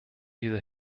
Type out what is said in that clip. dieser